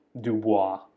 Dubois